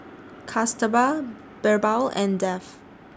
Kasturba Birbal and Dev